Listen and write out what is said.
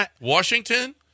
Washington